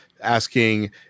asking